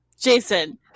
Jason